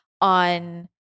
on